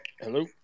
Hello